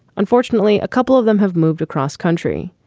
unfortunately, a couple of them have moved across country.